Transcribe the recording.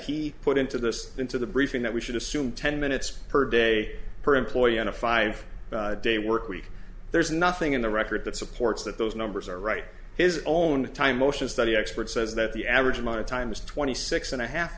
he put into this into the briefing that we should assume ten minutes per day per employee on a five day work week there's nothing in the record that supports that those numbers are right his own time motion study expert says that the average amount of time is twenty six and a half